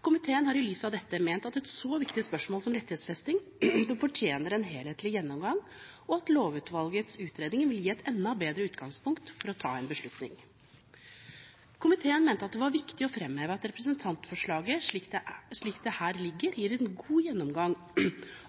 Komiteen har i lys av dette ment at et så viktig spørsmål som rettighetsfesting fortjener en helhetlig gjennomgang, og at lovutvalgets utredning vil gi et enda bedre utgangspunkt for å ta en beslutning. Komiteen mente det var viktig å framheve at representantforslaget, slik det her ligger, gir en god gjennomgang